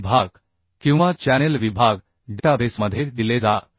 कोन विभाग किंवा चॅनेल विभाग डेटाबेसमध्ये दिले जातात